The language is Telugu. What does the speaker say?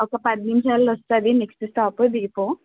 ఒక పది నిమిషాల్లో వస్తుంది నెక్స్ట్ స్టాప్ దిగిపో